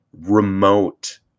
remote